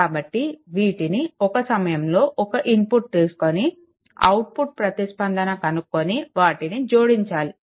కాబట్టి వీటిని ఒక సమయంలో ఒక ఇన్పుట్ తీసుకొని అవుట్పుట్ ప్రతిస్పందన కనుక్కొని వాటిని జోడించాలి